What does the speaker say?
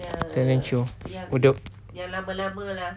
talent show hidup